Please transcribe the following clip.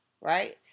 Right